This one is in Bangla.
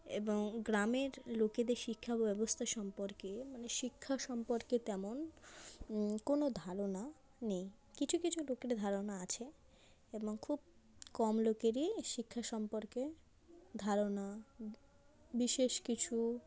এবং গ্রামের লোকেদের শিক্ষা ব্যবস্থা সম্পর্কে মানে শিক্ষা সম্পর্কে তেমন কোনো ধারণা নেই কিছু কিছু লোকের ধারণা আছে এবং খুব কম লোকেরই শিক্ষা সম্পর্কে ধারণা বিশেষ কিছু